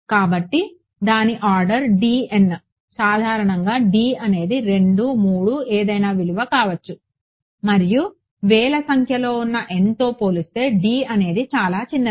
కాబట్టి దాని ఆర్డర్ సాధారణంగా d అనేది 2 3 ఏదైనా విలువ కావచ్చు మరియు వేల సంఖ్యలో ఉన్న nతో పోలిస్తే d అనేది చాలా చిన్నది